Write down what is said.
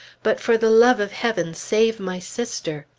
but for the love of heaven, save my sister!